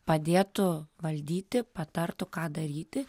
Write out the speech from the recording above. padėtų valdyti patartų ką daryti